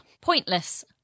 Pointless